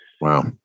Wow